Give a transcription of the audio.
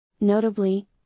Notably